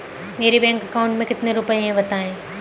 मेरे bank account में कितने रुपए हैं बताएँ?